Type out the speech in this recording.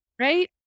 right